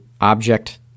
object